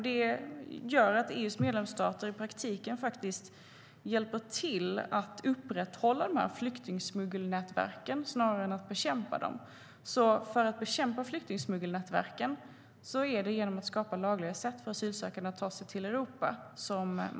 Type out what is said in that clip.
Det gör att EU:s medlemsstater i praktiken faktiskt hjälper till att upprätthålla dessa flyktingsmuggelnätverk snarare än att bekämpa dem. För att bekämpa flyktingsmuggelnätverken och motverka denna utveckling måste man skapa lagliga sätt för asylsökande att ta sig till Europa.